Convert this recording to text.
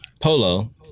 Polo